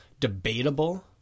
Debatable